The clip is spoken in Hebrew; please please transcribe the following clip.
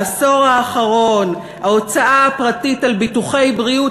בעשור האחרון ההוצאה הפרטית על ביטוחי בריאות